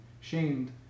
shamed